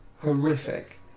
Horrific